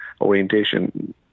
orientation